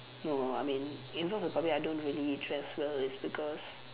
no I mean in front of the public I don't really dress well is because